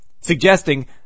suggesting